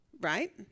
right